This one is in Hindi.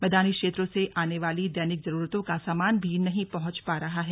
मैदानी क्षेत्रों से आने वाली दैनिक जरूरतों का सामान भी नहीं पहुंच पा रहा है